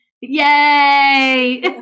Yay